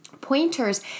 pointers